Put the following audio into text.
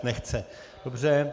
Nechce, dobře.